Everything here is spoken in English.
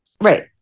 Right